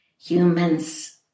Humans